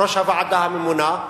הוועדה הממונה,